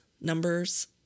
numbers